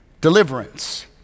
deliverance